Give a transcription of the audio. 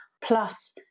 plus